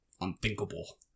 unthinkable